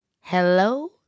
hello